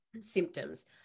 symptoms